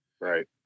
Right